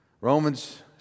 Romans